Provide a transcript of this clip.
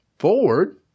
Forward